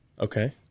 Okay